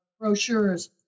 brochures